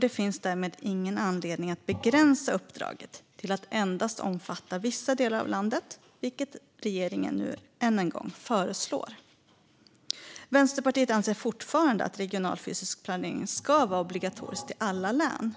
Det finns därmed ingen anledning att begränsa uppdraget till att endast omfatta vissa delar av landet, vilket regeringen nu än en gång föreslår. Vänsterpartiet anser fortfarande att regional fysisk planering ska vara obligatorisk i alla län.